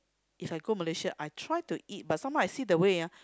if I go Malaysia I try to eat but some more I see the way ah